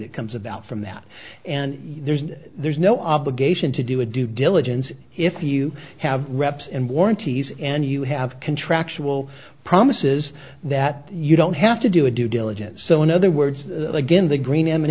that comes about from that and there's there's no obligation to do a due diligence if you have reps and warranties and you have contractual promises that you don't have to do a due diligence so in other words again the green m and